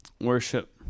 Worship